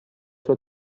sua